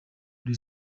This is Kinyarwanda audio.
kuri